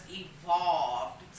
evolved